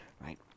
right